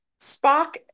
Spock